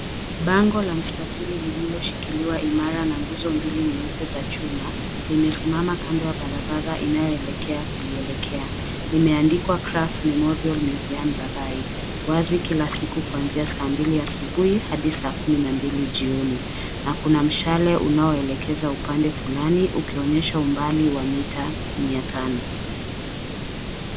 Bango la mstatili lililoshikiliwa imara na nguzo mbili nyeupe za chuma limesimama kando ya barabara inayoelekea kulia. Limeandikwa, Krapf Memorial Museum Rabai wazi kila siku kuanzia saa mbili asubuhi hadi saa kumi na mbili jioni na kuna mshale unaoelekeza upande fulani ukionyesha umbali wa mita mia tano.